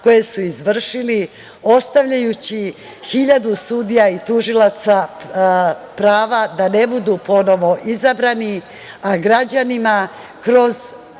koje su izvršili ostavljajući hiljadu sudija i tužilaca prava da ne budu ponovo izabrani, a građanima kroz